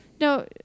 No